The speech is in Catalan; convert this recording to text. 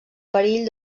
perill